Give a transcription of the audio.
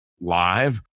live